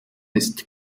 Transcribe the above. ist